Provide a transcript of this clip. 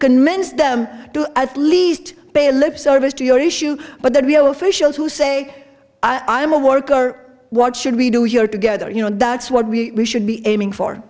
convince them to at least pay lip service to your issue but the real officials who say i am a worker what should we do here together you know that's what we should be aiming for